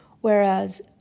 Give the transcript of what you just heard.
Whereas